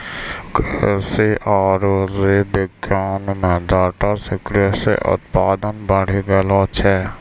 कृषि आरु जीव विज्ञान मे डाटा से कृषि उत्पादन बढ़ी गेलो छै